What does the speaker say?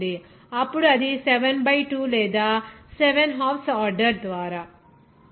5 అవుతుంది అప్పుడు అది 7 బై 2 లేదా సెవెన్ హాల్ఫ్ ఆర్డర్ ద్వారా